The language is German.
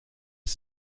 ist